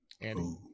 Andy